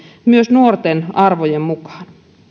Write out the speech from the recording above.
myös kehittyy nuorten arvojen mukaan